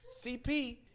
CP